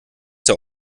der